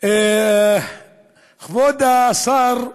כבוד השר,